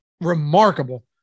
remarkable